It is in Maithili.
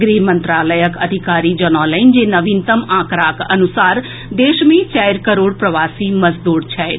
गृह मंत्रालयक अधिकारी जनौलनि जे नवीनतम आंकड़का अनुसार देश मे चारि करोड़ प्रवासी मजदूर छथि